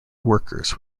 workers